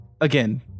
again